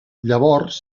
llavors